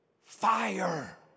Fire